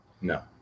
No